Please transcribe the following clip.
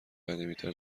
قدیمیتر